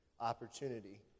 opportunity